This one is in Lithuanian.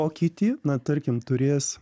o kiti na tarkim turės